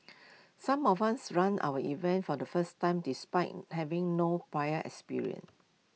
some of us ran our events for the first time despite having no prior experience